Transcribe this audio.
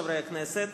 חברי הכנסת,